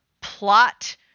plot